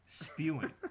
spewing